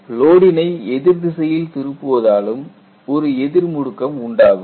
லோடினை எதிர் திசையில் திருப்புவதாலும் ஒரு எதிர் முடுக்கம் உண்டாகும்